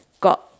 got